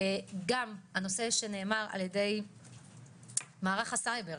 גם הנושא שנאמר על ידי מערך הסייבר,